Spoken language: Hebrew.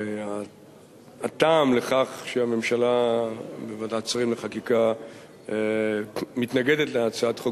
והטעם לכך שהממשלה בוועדת השרים לחקיקה מתנגדת להצעת חוק